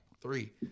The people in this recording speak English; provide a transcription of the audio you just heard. three